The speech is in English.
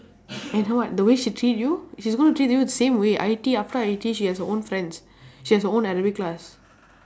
and her what the way she treat you she's going to treat you the same way I_T_E after I_T_E she has her own friends she has her own arabic class